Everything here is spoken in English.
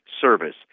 service